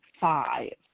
five